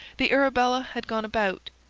the arabella had gone about,